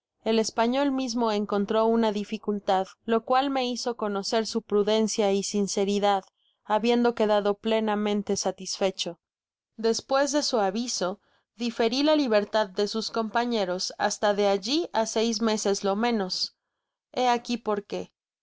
el español mismo encontró una dificultad lo cual me bizo conocer su prudencia y sinceridad habiendo quedado plenamente satisfecho despues de su aviso diferi la libertad de sus compañeros hasta de allí á seis meses lo menos hé aqui por qué